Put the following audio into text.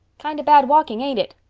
kind of bad walking, ain't it?